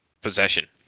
possession